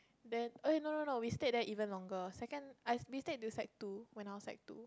then eh no no no we stayed there even longer second I we stayed till sec two when I was sec two